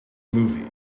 movie